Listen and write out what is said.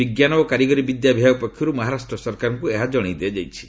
ବିଜ୍ଞାନ ଓ କାରିଗରୀ ବିଦ୍ୟା ବିଭାଗ ପକ୍ଷରୁ ମହାରାଷ୍ଟ୍ର ସରକାରଙ୍କୁ ଏହା ଜଣାଇ ଦିଆଯାଇଛି